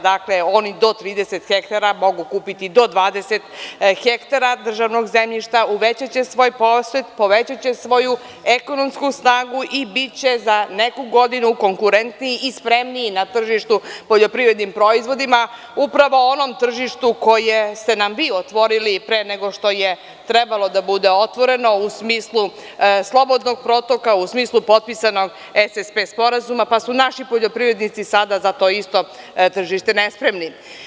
Dakle, oni do 30 hektara mogu kupiti do 20 hektara državnog zemljišta, uvećaće svoj posed, povećaće svoju ekonomsku snagu i biće za neku godinu konkurentniji i spremniji na tržištu poljoprivrednim proizvodima, upravo onom tržištu koje ste nam vi otvorili pre nego što je trebalo da bude otvoreno, u smislu slobodnog protoka, u smislu potpisanog SSP sporazuma, pa su naši poljoprivrednici sada za to isto tržište nespremni.